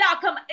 come